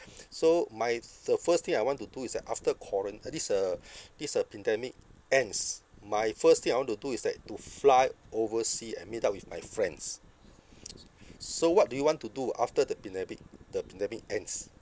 so my f~ the first thing I want to do is that after quaran~ uh this uh this uh pandemic ends my first thing I want to do is that to fly oversea and meet up with my friends so what do you want to do after the pandemic the pandemic ends